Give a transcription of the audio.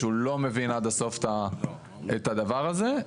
שהוא לא מבין עד הסוף את הדבר הזה.